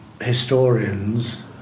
Historians